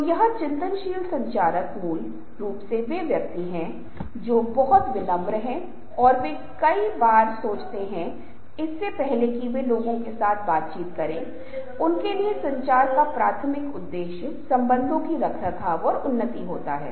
तो यह नहीं है कि किस प्रकार का समूह है लेकिन मूल अर्थ यह है कि कितने पुराने कितने लोग कितने महिला या पुरुष उस विशेष समूह के सदस्य हैं यह ऐसा नहीं है संचार और संबंध है जो उस तरह के मायने रखता है